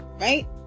right